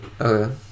Okay